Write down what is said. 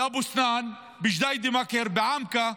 באבו סנאן, בג'דיידה-מכר, בעמקה.